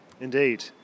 Indeed